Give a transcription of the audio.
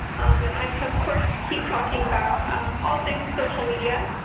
and i can of course keep talking about all things social media.